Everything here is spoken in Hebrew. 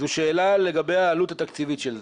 זו שאלה לגבי העלות התקציבית של זה.